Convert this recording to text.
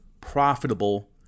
profitable